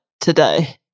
today